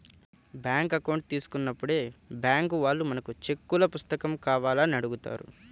bank account తీసుకున్నప్పుడే bank వాళ్ళు మనకు చెక్కుల పుస్తకం కావాలా అని అడుగుతారు